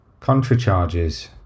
contracharges